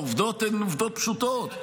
העובדות הן עובדות פשוטות,